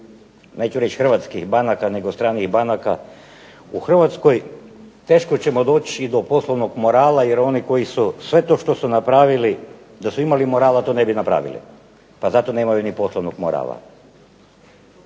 neću reći hrvatskih banaka nego stranih banaka u Hrvatskoj teško ćemo doći i do poslovnog morala jer oni koji su sve to što su napravili da su imali morala to ne bi napravili, pa zato nemaju ni poslovnog morala.